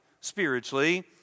spiritually